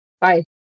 Bye